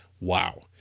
Wow